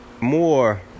more